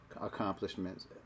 accomplishments